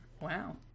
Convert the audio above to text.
Wow